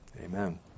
Amen